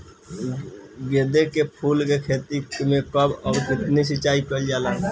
गेदे के फूल के खेती मे कब अउर कितनी सिचाई कइल जाला?